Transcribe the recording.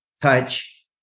touch